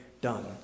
done